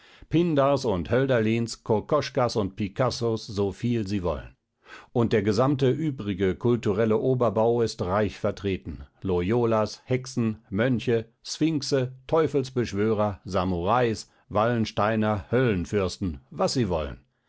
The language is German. pindars und hölderlins kokoschkas und picassos soviel sie wollen und der gesamte übrige kulturelle oberbau ist reich vertreten loyolas hexen mönche sphinxe teufelsbeschwörer samurais wallensteiner höllenfürsten was sie wollen